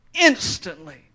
instantly